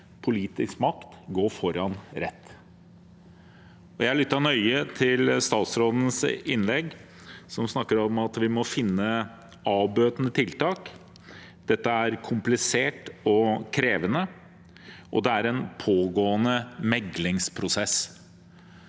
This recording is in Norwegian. politisk makt gå foran rett. Jeg har lyttet nøye til statsrådens innlegg. Han snakker om at vi må finne avbøtende tiltak, at dette er komplisert og krevende, og at det er en pågående meklingsprosess.